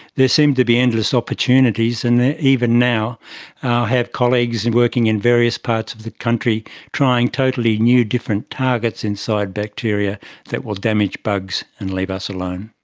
there seem to be endless opportunities, and even now i have colleagues and working in various parts of the country trying totally new different targets inside bacteria that will damage bugs and leave us alone.